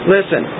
Listen